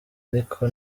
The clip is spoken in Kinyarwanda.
ariko